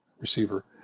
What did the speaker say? receiver